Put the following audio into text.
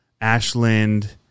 Ashland